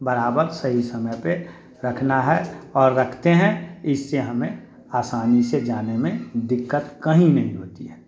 बराबर सही समय पर रखना है और रखते हैं इससे हमें आसानी से जाने में दिक्कत कहीं नहीं होती है